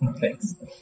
Thanks